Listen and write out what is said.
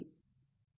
சொற்களஞ்சியம்